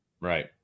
Right